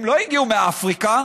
הם לא הגיעו מאפריקה,